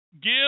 Give